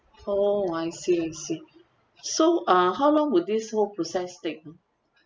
oh I see I see so uh how long will this whole process take ah